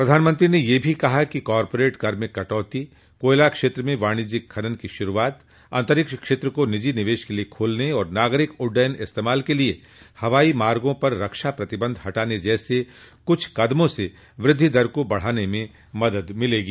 प्रधानमंत्री ने यह भी कहा कि कार्पोरेट कर में कटौती कोयला क्षेत्र में वाणिज्यिक खनन की शुरूआत अंतरीक्ष क्षेत्र को निजी निवेश के लिए खोलने और नागरिक उड्डयन इस्तेमाल के लिए हवाई मार्गों पर रक्षा प्रतिबंध हटाने जैसे कुछ कदमों से वृद्धि दर को बढाने में मदद मिलेगी